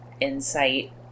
insight